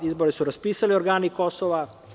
Izbore su raspisali organi Kosova.